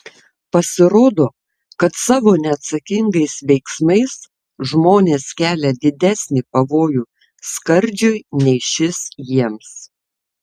pasirodo kad savo neatsakingais veiksmais žmonės kelia didesnį pavojų skardžiui nei šis jiems